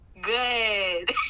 Good